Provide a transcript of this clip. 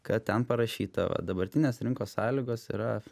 kad ten parašyta va dabartinės rinkos sąlygos yra